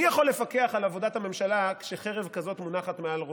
מי יכול לפקח על עבודת הממשלה כשחרב כזאת מונחת מעל ראשו?